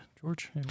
George